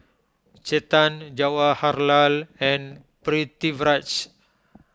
Chetan Jawaharlal and Pritiviraj